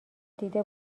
دیده